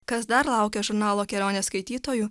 kas dar laukia žurnalo kelionės skaitytojų